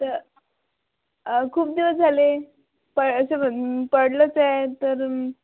तर खूप दिवस झाले पण पडलंच आहे तर